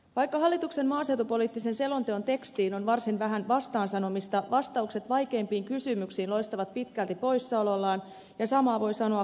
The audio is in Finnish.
vaikka hallituksen maaseutupoliittisen selonteon tekstiin on varsin vähän vastaan sanomista vastaukset vaikeimpiin kysymyksiin loistavat pitkälti poissaolollaan ja samaa voi sanoa konkretian suhteen